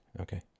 okay